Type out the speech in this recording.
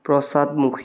পশ্চাদমুখী